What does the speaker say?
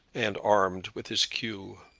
and armed with his cue.